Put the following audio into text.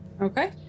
Okay